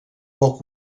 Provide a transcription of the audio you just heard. poc